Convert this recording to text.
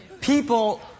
People